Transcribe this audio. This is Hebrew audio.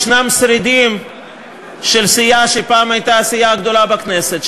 שרידים של סיעה שפעם הייתה הסיעה הגדולה בכנסת,